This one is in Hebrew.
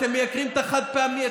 אתם מייקרים את החד-פעמי.